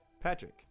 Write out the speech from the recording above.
Patrick